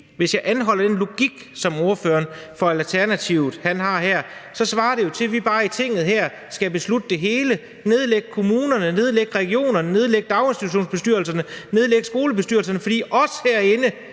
hvis jeg anholder den logik, som ordføreren for Alternativet har her – svarer det jo til, at vi bare i Tinget her skal beslutte det hele og nedlægge kommunerne, nedlægge regionerne, nedlægge daginstitutionsbestyrelserne og nedlægge skolebestyrelserne, fordi vi herinde